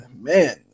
man